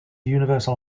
universal